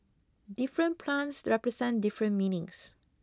different plants represent different meanings